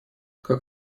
как